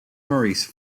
maurice